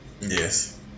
Yes